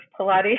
Pilates